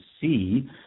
see